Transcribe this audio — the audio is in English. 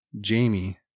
Jamie